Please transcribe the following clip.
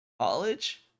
college